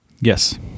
Yes